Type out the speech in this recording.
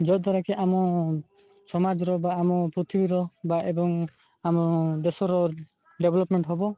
ଯଦ୍ୱାରା କିି ଆମ ସମାଜର ବା ଆମ ପୃଥିବୀର ବା ଏବଂ ଆମ ଦେଶର ଡେଭଲପ୍ମେଣ୍ଟ ହେବ